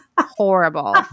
horrible